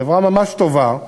חברה ממש טובה.